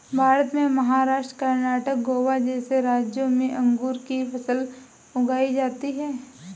भारत में महाराष्ट्र, कर्णाटक, गोवा जैसे राज्यों में अंगूर की फसल उगाई जाती हैं